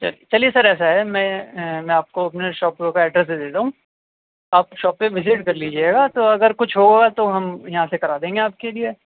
چلیے سر ایسا ہے میں میں آپ کو اپنے شاپ کا ایڈریس دے دیتا ہوں آپ شاپ پہ وزٹ کر لیجیے گا تو اگر کچھ ہوگا تو ہم یہاں سے کرا دیں گے آپ کے لیے